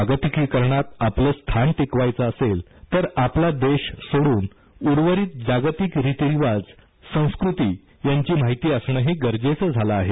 जागतिकीकरणात आपलं स्थान टिकवायचं असेल तर आपला देश सोडून उर्वरीत जगातील रितीरिवाज संस्कृती यांची माहिती असणंही गरजेचं झालं आहे